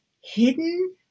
hidden